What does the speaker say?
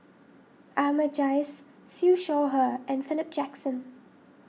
Ahmad Jais Siew Shaw Her and Philip Jackson